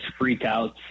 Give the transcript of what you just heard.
freakouts